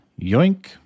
yoink